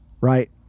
Right